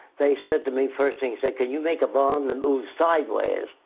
they said to me, first thing said can you make a bomb that moves sideways?